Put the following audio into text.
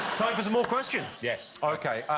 time for some more questions. yes. ok.